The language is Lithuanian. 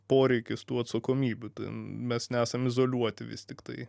poreikis tų atsakomybių tai mes nesam izoliuoti vis tiktai